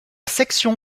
section